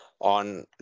On